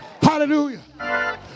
Hallelujah